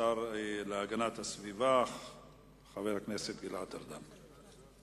השר להגנת הסביבה, חבר הכנסת גלעד ארדן.